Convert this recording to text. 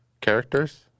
characters